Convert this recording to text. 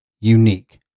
unique